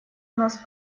нас